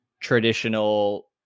traditional